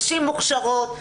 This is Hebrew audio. נשים מוכשרות,